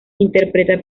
interpreta